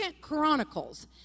Chronicles